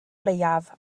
leiaf